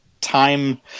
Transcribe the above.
time